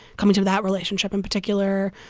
coming to that relationship in particular,